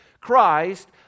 Christ